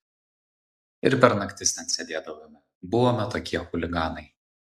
ir per naktis ten sėdėdavome buvome tokie chuliganai